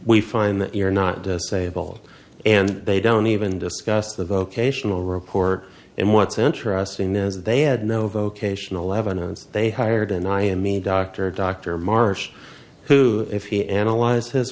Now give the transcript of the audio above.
we find that you're not disabled and they don't even discuss the vocational report and what's interesting is they had no vocational eleven and they hired and i am a doctor dr marsh who if he analyzed his